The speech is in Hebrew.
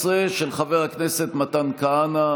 16, של חבר הכנסת מתן כהנא.